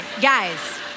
guys